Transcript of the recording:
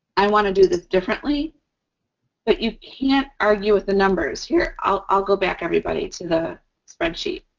i want to do this differently but you can't argue with the numbers. here, i'll i'll go back, everybody, to the spreadsheet.